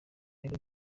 rero